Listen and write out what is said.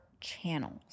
channels